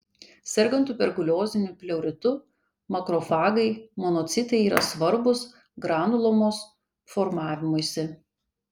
sergant tuberkulioziniu pleuritu makrofagai monocitai yra svarbūs granulomos formavimuisi